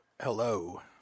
hello